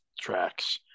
tracks